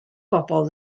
bobol